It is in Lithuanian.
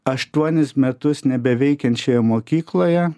aštuonis metus nebeveikiančioje mokykloje